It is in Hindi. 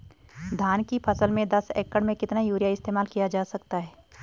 धान की फसल में दस एकड़ में कितना यूरिया इस्तेमाल किया जा सकता है?